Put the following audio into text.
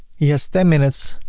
he has ten minutes,